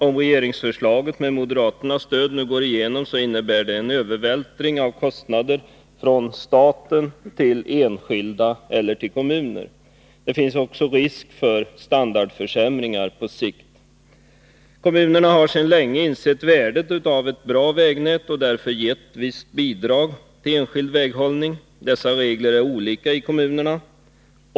Om regeringsförslaget med moderaternas stöd nu går igenom, innebär det en övervältring av kostnader från staten till enskilda eller till kommuner. Det finns också risk för standardförsämringar på sikt. Kommunerna har sedan länge insett värdet av ett bra vägnät och därför gett visst bidrag till enskild väghållning. Dessa regler är olika i olika kommuner.